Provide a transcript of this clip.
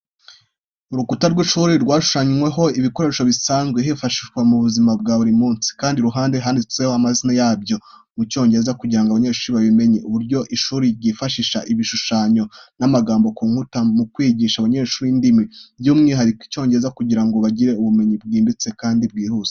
Urukuta rw’ishuri rwashushanyweho ibikoresho bisanzwe bifashishwa mu buzima bwa buri munsi, kandi iruhande handitseho amazina yabyo mu Cyongereza kugira ngo abanyeshuri babimenye. Uburyo ishuri ryifashisha ibishushanyo n'amagambo ku nkuta mu kwigisha abanyeshuri indimi, by’umwihariko Icyongereza kugira ngo bagire ubumenyi bwimbitse kandi bwihuse.